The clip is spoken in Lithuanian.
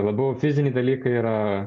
labiau fiziniai dalykai yra